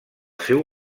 seu